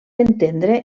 entendre